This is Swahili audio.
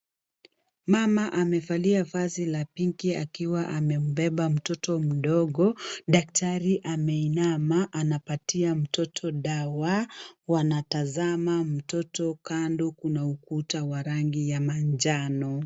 Mama amevalia vazi la pinki akiwa amembeba mtoto mdogo. Daktari ameinama anapatia mtoto dawa, wanatazama mtoto, kando kuna ukuta wa rangi ya njano.